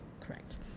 Correct